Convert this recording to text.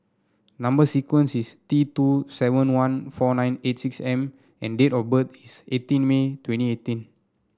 number sequence is T two seven one four nine eight six M and date of birth is eighteen May twenty eighteen